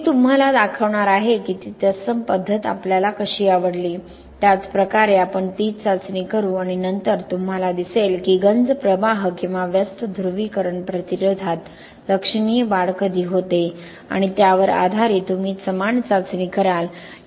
मी तुम्हाला दाखवणार आहे की ती तत्सम पद्धत आपल्याला कशी आवडली त्याच प्रकारे आपण तीच चाचणी करू आणि नंतर तुम्हाला दिसेल की गंज प्रवाह किंवा व्यस्त ध्रुवीकरण प्रतिरोधात लक्षणीय वाढ कधी होते आणि त्यावर आधारित तुम्ही समान चाचणी कराल